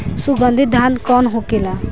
सुगन्धित धान कौन होखेला?